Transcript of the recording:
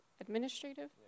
administrative